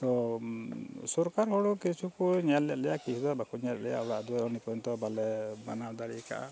ᱛᱚ ᱥᱚᱨᱠᱟᱨ ᱦᱚᱲ ᱦᱚᱸ ᱠᱤᱪᱷᱩ ᱠᱚ ᱧᱮᱞ ᱞᱮᱫ ᱞᱮᱭᱟ ᱠᱤᱪᱷᱩ ᱫᱚ ᱵᱟᱠᱚ ᱧᱮᱞ ᱞᱮᱫ ᱞᱮᱭᱟ ᱚᱲᱟᱜ ᱫᱩᱣᱟᱹᱨ ᱱᱤᱛ ᱯᱚᱨᱡᱚᱱᱛᱚ ᱵᱟᱞᱮ ᱵᱮᱱᱟᱣ ᱫᱟᱲᱮᱣ ᱠᱟᱜᱼᱟ